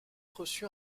reçu